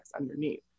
underneath